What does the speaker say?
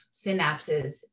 synapses